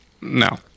No